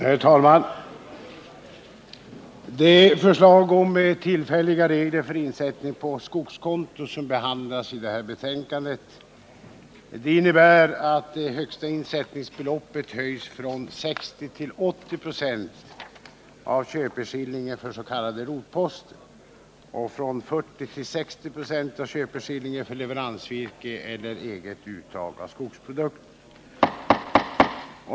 Herr talman! Det förslag om tillfälliga regler för insättning på skogskonto som behandlas i det här betänkandet innebär att det högsta insättningsbeloppet höjs från 60 96 till 80 26 av köpeskillingen för s.k. rotposter och från 40 7 till 60 26 av köpeskillingen för leveransvirke eller eget uttag av skogsprodukter.